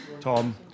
Tom